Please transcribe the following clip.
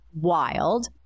wild